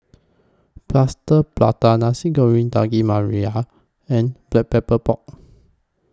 Plaster Prata Nasi Goreng Daging Merah and Black Pepper Pork